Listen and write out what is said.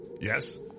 Yes